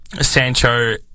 Sancho